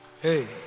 Hey